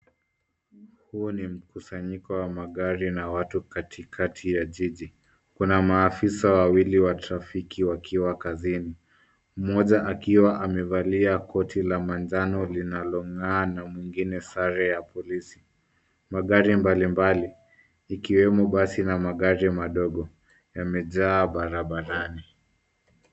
Huku ni mkusanyiko wa magari na watu katikati ya jiji. Kuna maafisa wawili wa trafiki wakiwa kazini. Mmoja akiwa amevali koti la manjano linalong'aa na mwingine sare ya polisi. Magari mbalimbali ikiwemo basi na magari madogo yamejaa barabarani.